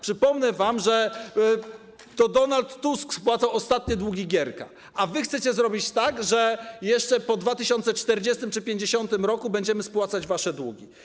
Przypomnę wam, że to Donald Tusk spłacał ostatnie długi Gierka, a wy chcecie zrobić tak, że jeszcze po 2040 czy 2050 r. będziemy spłacać wasze długi.